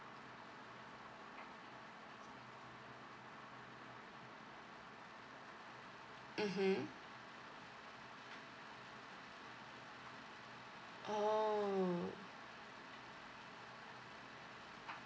mmhmm oh